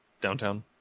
downtown